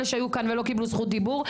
אלה שהיו כאן ולא קיבלו זכות דיבור.